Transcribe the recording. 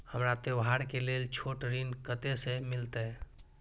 हमरा त्योहार के लेल छोट ऋण कते से मिलते?